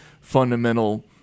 fundamental